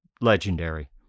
legendary